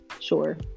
sure